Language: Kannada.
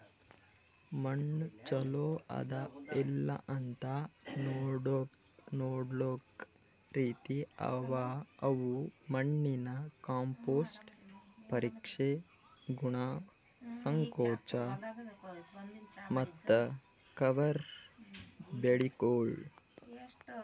ಮಣ್ಣ ಚಲೋ ಅದಾ ಇಲ್ಲಾಅಂತ್ ನೊಡ್ಲುಕ್ ರೀತಿ ಅವಾ ಅವು ಮಣ್ಣಿನ ಕಾಂಪೋಸ್ಟ್, ಪರೀಕ್ಷೆ, ಗುಣ, ಸಂಕೋಚ ಮತ್ತ ಕವರ್ ಬೆಳಿಗೊಳ್